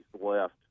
left